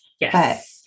Yes